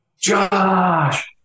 Josh